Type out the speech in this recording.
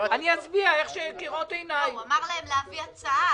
תסבירו את הנוסחה של ההוצאות הקבועות.